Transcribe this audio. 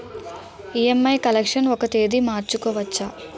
EMI collection ఒక తేదీ మార్చుకోవచ్చా?